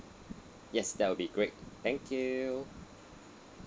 yes that would be great thank you